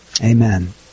amen